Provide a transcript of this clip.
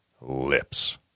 lips